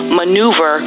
maneuver